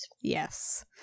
Yes